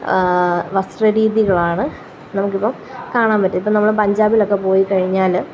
വസ്ത്ര രീതികളാണ് നമുക്കിപ്പോള് കാണാന് പറ്റും ഇപ്പോള് നമ്മള് പഞ്ചാബിലൊക്കെ പോയിക്കഴിഞ്ഞാല്